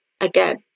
Again